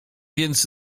więc